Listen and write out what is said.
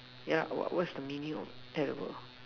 yeah what what's the meaning of that word